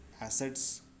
assets